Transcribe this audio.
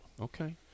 Okay